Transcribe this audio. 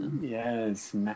Yes